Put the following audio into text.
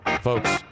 folks